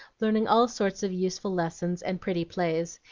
learning all sorts of useful lessons and pretty plays.